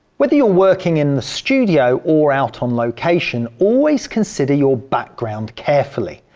whether you're working in the studio or out on location always consider your background carefully.